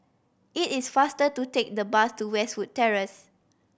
it is faster to take the bus to Westwood Terrace